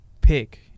pick